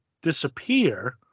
disappear